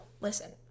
listen